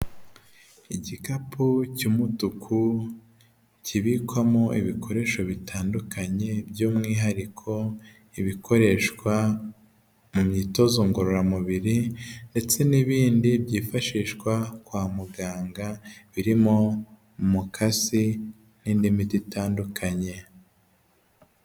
Igikapu cy'umutuku kibikwamo ibikoresho bitandukanye by'umwihariko ibikoreshwa mu myitozo ngororamubiri ndetse n'ibindi byifashishwa kwa muganga birimo umukasi n'indi miti itandukanye.